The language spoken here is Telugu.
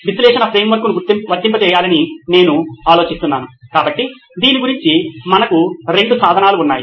విశ్లేషణ ఫ్రేమ్వర్క్ను వర్తింపజేయాలని నేను ఆలోచిస్తున్నాను కాబట్టి దీని గురించి మనకు రెండు సాధనాలు ఉన్నాయి